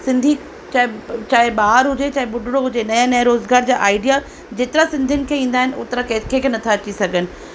सिंधी चाहे चाहे ॿार हुजे चाहे ॿुढिणो हुजे नए नए रोज़गार जा आइडिया जेतिरा सिंधियुनि खे ईंदा आहिनि ओतिरा कंहिंखें नथा अची सघनि